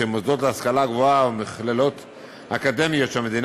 שמוסדות להשכלה גבוהה ומכללות אקדמיות שהמדינה